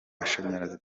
mashanyarazi